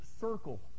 circle